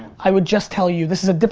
i would just tell you this is a